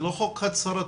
זה לא חוק הצהרתי,